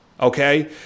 okay